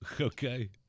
Okay